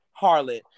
Harlot